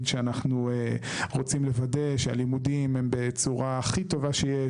שאנחנו רוצים לוודא שהלימודים הם בצורה הכי טובה שיש,